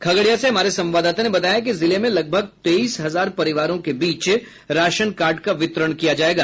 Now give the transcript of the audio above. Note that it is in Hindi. खगड़िया से हमारे संवाददाता ने बताया है कि जिले में लगभग तेईस हजार परिवारों के बीच राशन कार्ड का वितरण किया जायेगा